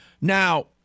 Now